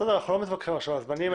אנחנו לא מתווכחים עכשיו על הזמנים.